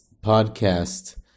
podcast